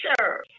serve